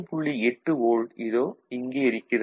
8 volt இதோ இங்கே இருக்கிறது